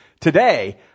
today